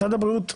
משרד הבריאות,